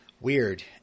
Weird